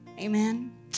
Amen